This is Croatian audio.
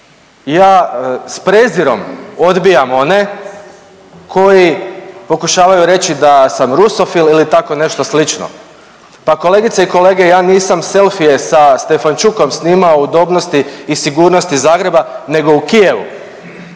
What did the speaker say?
Ja s prezirom odbijam one koji pokušavaju reći da sam rusofil ili tako nešto slično. Pa kolegice i kolege ja nisam selfie sa Stefanchukom snimao u udobnosti i sigurnosti Zagreba nego u Kijevu.